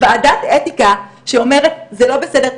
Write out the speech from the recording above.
ועדת אתיקה שאומרת זה לא בסדר.